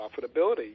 profitability